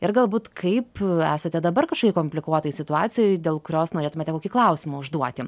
ir galbūt kaip esate dabar kažkokioj komplikuotoj situacijoj dėl kurios norėtumėte kokį klausimą užduoti